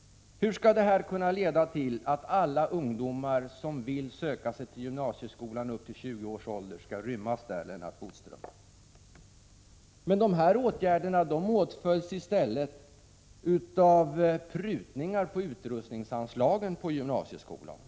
Hur skall det här kunna leda till att alla ungdomar upp till 20 års ålder som vill söka sig till gymnasieskolan skall rymmas där, Lennart Bodström? Dessa åtgärder åtföljs i stället av prutningar på utrustningsanslagen på gymnasieskolan. Prot.